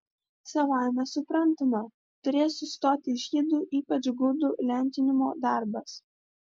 savaime suprantama turės sustoti žydų ypač gudų lenkinimo darbas